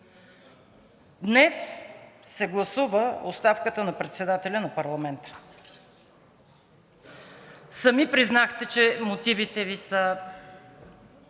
Днес се гласува оставката на председателя на парламента. Сами признахте, че мотивите Ви са